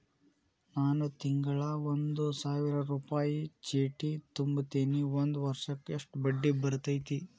ನಾನು ತಿಂಗಳಾ ಒಂದು ಸಾವಿರ ರೂಪಾಯಿ ಚೇಟಿ ತುಂಬತೇನಿ ಒಂದ್ ವರ್ಷಕ್ ಎಷ್ಟ ಬಡ್ಡಿ ಬರತೈತಿ?